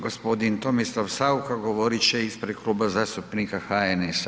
Gospodin Tomislav SAucha govorit će ispred Kluba zastupnika HNS-a.